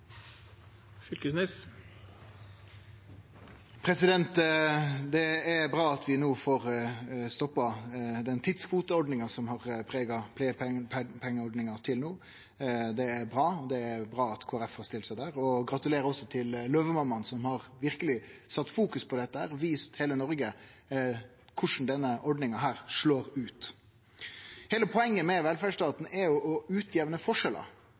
tidskvoteordninga som har prega pleiepengeordninga til no. Det er bra. Det er bra at Kristeleg Folkeparti har stilt seg der. Gratulerer til Løvemammaene, som verkeleg har fokusert på dette og vist heile Noreg korleis denne ordninga slår ut. Heile poenget med velferdsstaten er å jamne ut forskjellar. Det er difor vi har han. Det er difor han er skapt. Ofte gjer vi det ved å